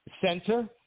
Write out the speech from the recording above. Center